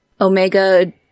Omega